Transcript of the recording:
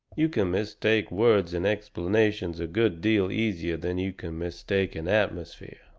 you can mistake words and explanations a good deal easier than you can mistake an atmosphere.